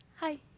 hi